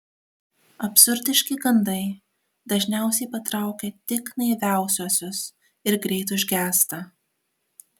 absurdiški gandai dažniausiai patraukia tik naiviausiuosius ir greit užgęsta